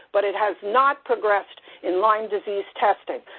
but it has not progressed in lyme disease testing.